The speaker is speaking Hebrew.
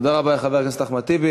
תודה רבה לחבר הכנסת אחמד טיבי.